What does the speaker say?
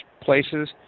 places